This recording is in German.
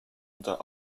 unter